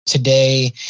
Today